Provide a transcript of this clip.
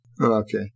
okay